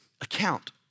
account